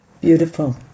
Beautiful